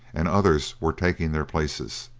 and others were taking their places.